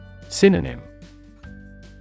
Synonym